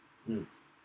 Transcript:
um